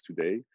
today